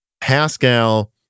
pascal